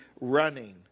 running